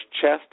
chest